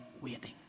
Waiting